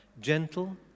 gentle